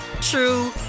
true